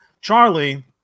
Charlie